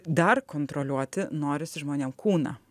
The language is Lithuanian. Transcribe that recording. dar kontroliuoti norisi žmonėm kūną